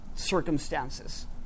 circumstances